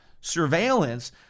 surveillance